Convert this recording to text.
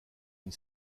une